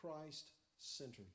Christ-centered